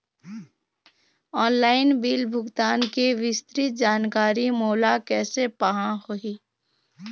Online bill भुगतान के विस्तृत जानकारी मोला कैसे पाहां होही?